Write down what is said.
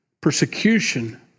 persecution